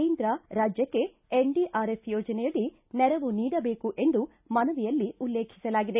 ಕೇಂದ್ರ ರಾಜ್ಯಕ್ಷೆ ಎನ್ಡಿಆರ್ಎಫ್ ಯೋಜನೆಯಡಿ ನೆರವು ನೀಡಬೇಕು ಎಂದು ಮನವಿಯಲ್ಲಿ ಉಲ್ಲೇಖಿಸಲಾಗಿದೆ